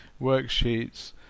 worksheets